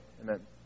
Amen